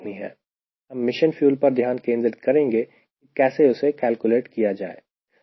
हम mission fuel पर ध्यान केंद्रित करेंगे कि कैसे उसे कैलकुलेट किया जाए